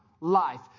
life